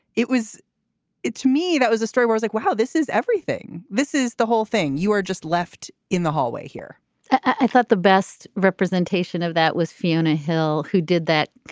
it was it's me that was a stray, was like, wow, this is everything. this is the whole thing. you are just left in the hallway here i thought the best representation of that was fiona hill who did that.